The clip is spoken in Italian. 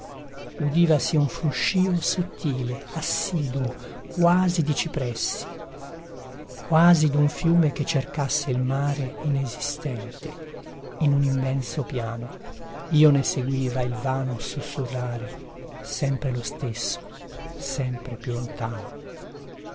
volevo udivasi un fruscio sottile assiduo quasi di cipressi quasi dun fiume che cercasse il mare inesistente in un immenso piano io ne seguiva il vano sussurrare sempre lo stesso sempre più lontano